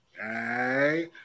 Hey